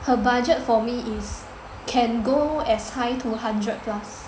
her budget for me is can go as high to hundred plus